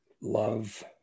love